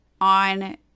on